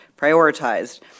prioritized